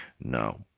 no